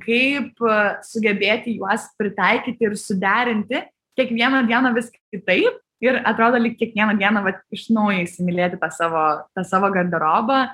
kaip sugebėti juos pritaikyti ir suderinti kiekvieną dieną vis kitaip ir atrodo lyg kiekvieną dieną va iš naujo įsimylėti tą savo tą savo garderobą